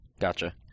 Gotcha